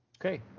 Okay